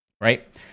Right